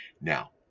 Now